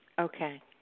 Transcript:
okay